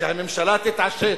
שהממשלה תתעשת,